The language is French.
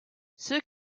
ceux